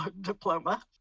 diploma